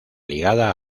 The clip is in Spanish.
ligada